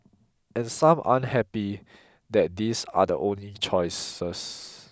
and some aren't happy that these are the only choices